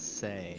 say